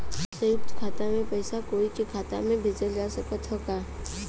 संयुक्त खाता से पयिसा कोई के खाता में भेजल जा सकत ह का?